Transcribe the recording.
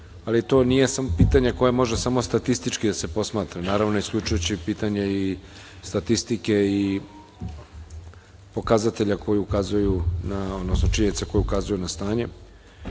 ali to nije samo pitanje koje može samo statistički da se posmatra. Naravno, ne isključujući pitanje i statistike i pokazatelja koji ukazuju, odnosno